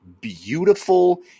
beautiful